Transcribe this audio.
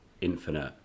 infinite